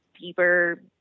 deeper